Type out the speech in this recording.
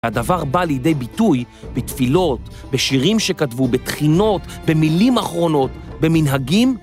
הדבר בא לידי ביטוי בתפילות, בשירים שכתבו, בתחינות, במילים אחרונות, במנהגים.